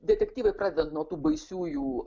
detektyvai pradedant nuo tų baisiųjų